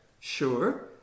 sure